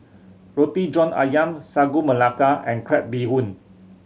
Roti John Ayam Sagu Melaka and crab bee hoon